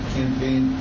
campaign